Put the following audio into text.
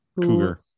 Cougar